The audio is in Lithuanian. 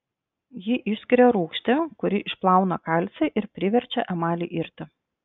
ji išskiria rūgštį kuri išplauna kalcį ir priverčia emalį irti